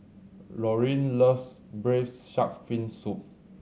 Lorene loves braise shark fin soup